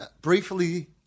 briefly